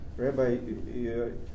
Rabbi